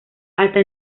hasta